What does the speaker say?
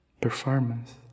Performance